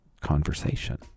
conversation